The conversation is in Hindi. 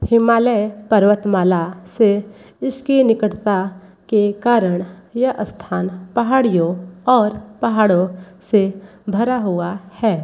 हिमालय पर्वतमाला से इसकी निकटता के कारण यह स्थान पहाड़ियों और पहाड़ों से भरा हुआ है